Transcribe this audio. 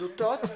בדותות?